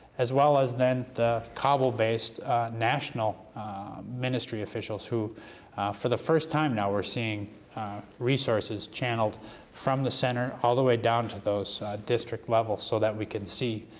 as well as then the cabal-based national ministry officials who for the first time now we're seeing resources channeled from the center all the way down to those district levels so we can see,